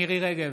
מירי מרים רגב,